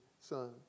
son